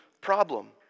problem